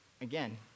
again